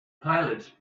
pilots